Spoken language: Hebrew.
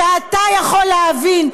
שאתה יכול להבין,